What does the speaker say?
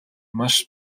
маш